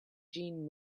jean